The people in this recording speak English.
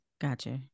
Gotcha